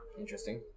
Interesting